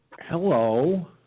Hello